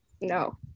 no